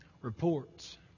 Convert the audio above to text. reports